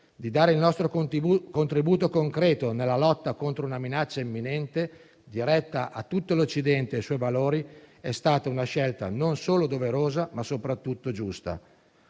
di dare il nostro contributo concreto nella lotta contro una minaccia imminente, diretta a tutto l'Occidente e ai suoi valori, è stata una scelta non solo doverosa ma soprattutto giusta.